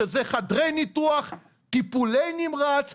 שזה חדרי ניתוח טיפולי נמרץ,